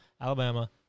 Alabama